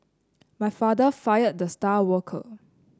my father fired the star worker